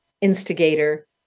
instigator